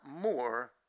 more